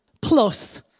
plus